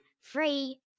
free